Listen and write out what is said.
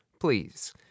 please